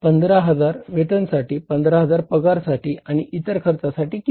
15000 वेतनसाठी 15000 पगारासाठी आणि इतर खर्चासाठी किती